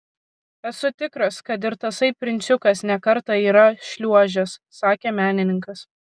esu tikras kad ir tasai princiukas ne kartą yra šliuožęs sakė menininkas